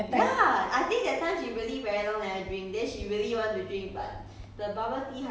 !huh! one cup ten dollars 现在四块我都跟你讲贵你还 ten